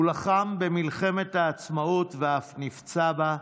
הוא לחם במלחמת העצמאות ואף נפצע בה,